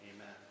Amen